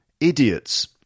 idiots